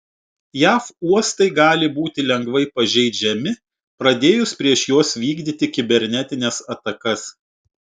jav uostai gali būti lengvai pažeidžiami pradėjus prieš juos vykdyti kibernetines atakas